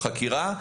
חקירה,